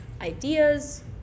ideas